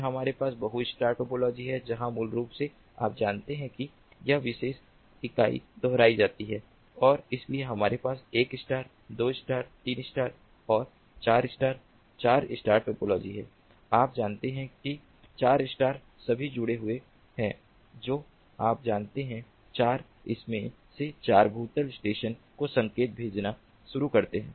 फिर हमारे पास बहु स्टार टोपोलॉजी है जहां मूल रूप से आप जानते हैं कि यह विशेष इकाई दोहराई जाती है और इसलिए हमारे पास 1 स्टार 2 स्टार 3 स्टार और 4 स्टार 4 स्टार टोपोलॉजी हैं आप जानते हैं कि 4 स्टार सभी जुड़े हुए हैं जो आप जानते हैं 4 इनमें से 4 भूतल स्टेशन को संकेत भेजना शुरू करते हैं